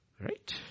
Right